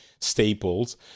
staples